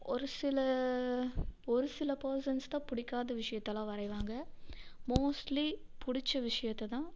ஒரு சில ஒரு சில பேர்சன்ஸ்தான் பிடிக்காத விஷயத்தெயெல்லாம் வரைவாங்க மோஸ்ட்லீ பிடிச்ச விஷயத்தைதான்